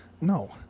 No